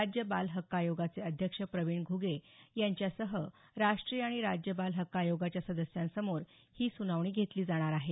राज्य बाल हक्क आयोगाचे अध्यक्ष प्रवीण घुगे यांच्यासह राष्ट्रीय आणि राज्य बाल हक्क आयोगाच्या सदस्यांसमोर ही सूनावणी घेतली जाणार आहे